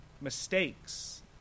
mistakes